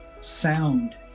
sound